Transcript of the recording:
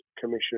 Commission